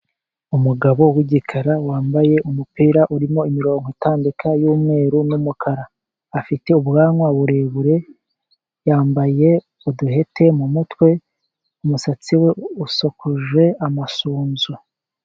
Umugabo w'igikara wambaye umupira urimo imirongo itambika y'umweru n'umukara. Afite ubwanwa burebure, yambaye uduhete mu mutwe. Umusatsi we usokoje amasunzu.